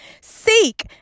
seek